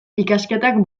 ikasketak